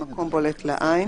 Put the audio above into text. במקום בולט לעין,